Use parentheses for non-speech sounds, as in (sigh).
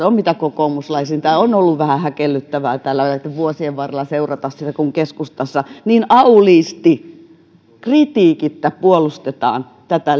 (unintelligible) on mitä kokoomuslaisinta on ollut vähän häkellyttävää täällä näitten vuosien varrella seurata sitä kun keskustassa niin auliisti kritiikittä puolustetaan tätä (unintelligible)